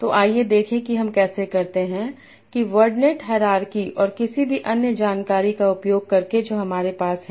तो आइए देखें कि हम कैसे करते हैं कि वर्डनेट हायरार्की और किसी भी अन्य जानकारी का उपयोग करके जो हमारे पास है